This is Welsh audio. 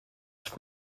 wrth